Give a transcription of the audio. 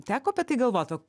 teko apie tai galvot va